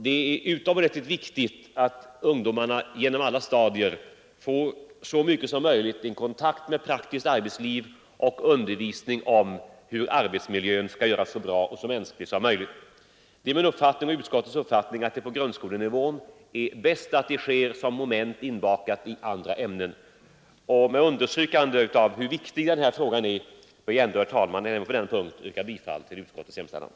Det är utomordentligt viktigt att ungdomarna genom alla stadier så mycket som möjligt får kontakt med praktiskt arbetsliv och undervisning om hur arbetsmiljön skall göras så bra och mänsklig som möjligt. Det är min och utskottets uppfattning att det på grundskolenivån är bäst att detta sker genom moment inbakade i andra ämnen. Med understrykande av hur viktig denna fråga är ber jag att även på denna punkt få yrka bifall till utskottets hemställan.